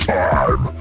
time